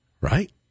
Right